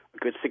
good